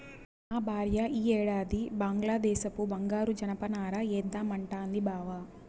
మా భార్య ఈ ఏడాది బంగ్లాదేశపు బంగారు జనపనార ఏద్దామంటాంది బావ